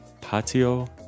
Patio